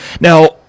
Now